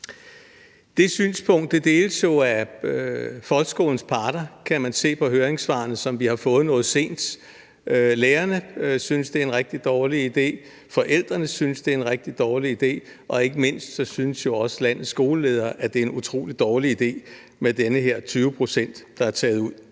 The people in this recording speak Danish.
Det synspunkt deles jo af folkeskolens parter. Det kan man se på høringssvarene, som vi har fået noget sent. Lærerne synes, det er en rigtig dårlig idé. Forældrene synes, det er en rigtig dårlig idé, og ikke mindst synes landets skoleledere jo også, at det er en utrolig dårlig idé med de her 20 pct., der er taget ud.